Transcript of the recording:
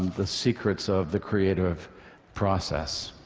the secrets of the creative process.